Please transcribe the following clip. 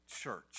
church